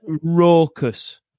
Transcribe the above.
raucous